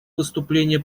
выступление